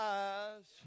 eyes